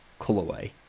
colourway